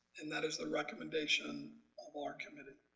and that is the recommendation of our committed.